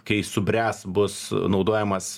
kai subręs bus naudojamas